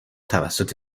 توسط